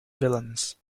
villains